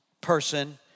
person